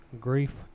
grief